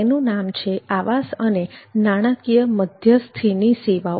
તેનું નામ છે આવાસ અને નાણાકીય મધ્યસ્થીની સેવાઓ